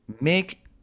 Make